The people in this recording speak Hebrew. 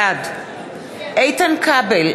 בעד איתן כבל,